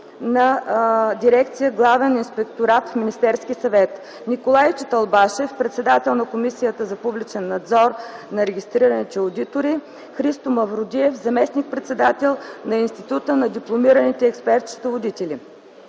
на дирекция „Главен инспекторат” в Министерския съвет, Николай Чаталбашев – председател на Комисията за публичен надзор над регистрираните одитори, Христо Мавродиев – заместник-председател на Института на дипломираните експерт-счетоводители.